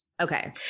Okay